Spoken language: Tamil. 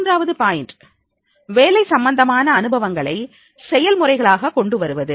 மூன்றாவது பாயிண்ட் வேலை சம்பந்தமான அனுபவங்களை செயல்முறைகளாக கொண்டுவருவது